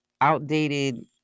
outdated